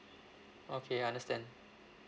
okay understand